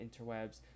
interwebs